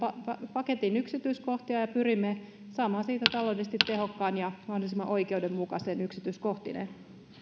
paketin yksityiskohtia ja pyrimme saamaan siitä taloudellisesti tehokkaan ja mahdollisimman oikeudenmukaisen yksityiskohtineen